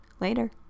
Later